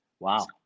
Wow